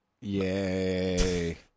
Yay